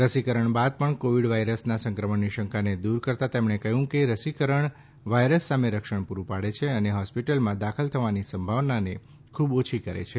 રસીકરણ બાદ પણ કોવિડ વાયરસના સંક્રમણની શંકાને દૂર કરતાં તેમણે કહ્યું કે રસીકરણ વાયરસ સામે રક્ષણ પૂરું પાડે છે અને હોસ્પિટલમાં દાખલ થવાની સંભાવનાને ખૂબ ઓછી કરે છે